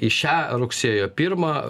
į šią rugsėjo pirmą